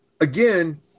again